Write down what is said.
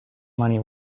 money